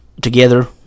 together